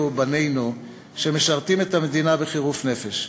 ובנינו שמשרתים את המדינה בחירוף נפש?